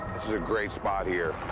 is a great spot here.